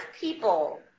people